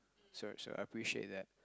so so I appreciate that